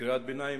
בקריאת ביניים,